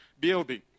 building